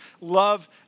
love